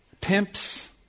pimps